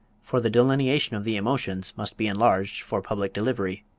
for the delineation of the emotions must be enlarged for public delivery.